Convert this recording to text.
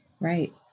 Right